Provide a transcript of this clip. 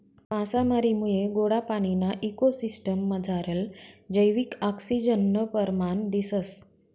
मासामारीमुये गोडा पाणीना इको सिसटिम मझारलं जैविक आक्सिजननं परमाण दिसंस